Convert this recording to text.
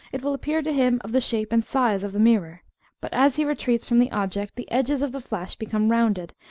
it will appear to him of the shape and size of the mirror but as he retreats from the object, the edges of the flash become rounded,